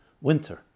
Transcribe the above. winter